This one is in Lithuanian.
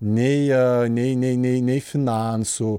nei nei nei nei nei finansų